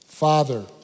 Father